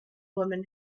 woman